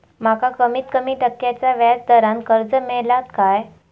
माका कमीत कमी टक्क्याच्या व्याज दरान कर्ज मेलात काय?